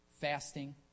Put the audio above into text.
fasting